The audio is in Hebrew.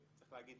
צריך להגיד,